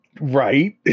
Right